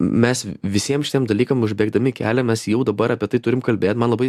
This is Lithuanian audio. mes visiem šitiem dalykam užbėgdami kelią mes jau dabar apie tai turim kalbėt man labai